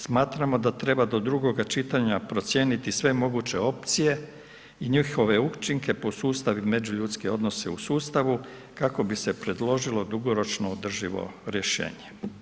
Smatramo da treba do drugoga čitanja procijeniti sve moguće opcije i njihove učinke po sustavu međuljudski odnosi u sustavu kako bi se predložilo dugoročno održivo rješenje.